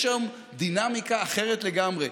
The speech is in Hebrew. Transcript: יש היום דינמיקה אחרת לגמרי.